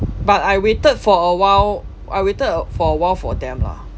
but I waited for awhile I waited for awhile for them lah